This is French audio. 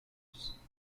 russe